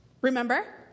Remember